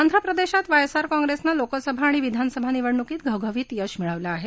आंध्रप्रदेशात वायएसआर काँप्रेसनं लोकसभा आणि विधानसभा निवडणुकीत घवघवित यश मिळवलं आहे